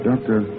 Doctor